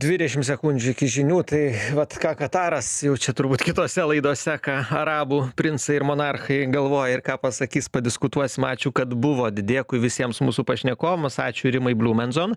dvidešim sekundžių iki žinių tai vat ką kataras jau čia turbūt kitose laidose ką arabų princai ir monarchai galvoja ir ką pasakys padiskutuosim ačiū kad buvot dėkui visiems mūsų pašnekomus ačiū rimai bliumenzon